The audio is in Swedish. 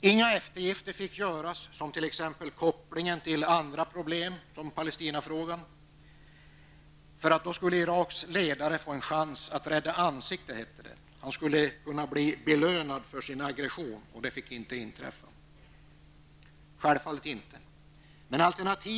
Inga eftergifter fick göras, som kopplingen till andra problem, t.ex. Palestinafrågan, för då skulle Iraks ledare få en chans att rädda ansiktet, hette det. Han skulle bli belönad för sin aggression och det fick självfallet inte inträffa.